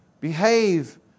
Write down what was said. Behave